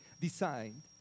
designed